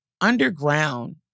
underground